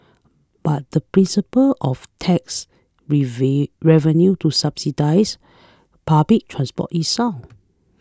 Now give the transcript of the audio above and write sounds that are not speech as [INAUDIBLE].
but the principle of tax [UNINTELLIGIBLE] revenue to subsidise public transport is sound